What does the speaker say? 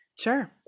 Sure